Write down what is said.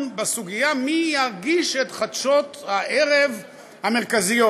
בסוגיה מי יגיש את חדשות הערב המרכזיות,